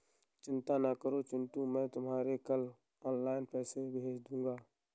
चिंता ना करो चिंटू मैं तुम्हें कल ऑनलाइन पैसे भेज दूंगा